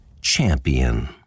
champion